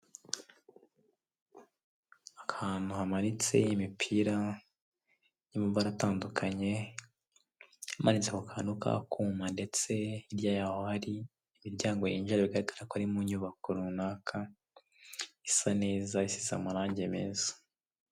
Ahantu hamanitse imipira y'amabara atandukanye, amanitse ku kantu k'akuma ndetse hirya yaho hari imiryango binjirira hagati mu nyubako runaka isa neza isize amarangi meza.